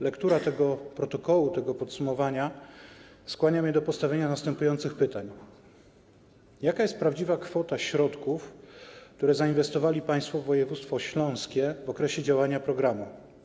Lektura tego protokołu, tego podsumowania, skłania mnie do postawienia następujących pytań: Jaka jest prawdziwa kwota środków, które zainwestowali państwo w województwo śląskie w okresie działania programu?